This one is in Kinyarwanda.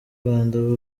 rwanda